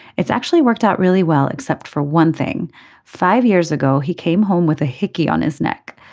it's actually worked out really well except for one thing five years ago he came home with a hickey on his neck.